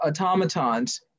automatons